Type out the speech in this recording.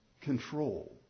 control